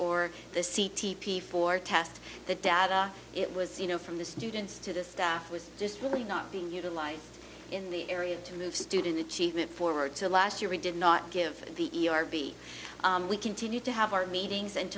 the c t p four test the data it was you know from the students to the staff was just really not being utilized in the area to move student achievement forward to last year we did not give the e r b we continue to have our meetings and